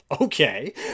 okay